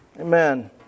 Amen